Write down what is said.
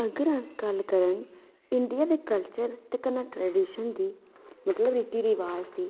अगर अस गल्ल करन इंडिया दे कल्चर ते कन्नै ट्रडीशन दी मतलब रीति रवाज़ दी